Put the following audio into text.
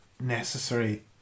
necessary